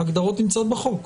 ההגדרות נמצאות בחוק.